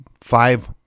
five